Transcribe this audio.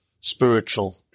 spiritual